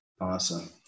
Awesome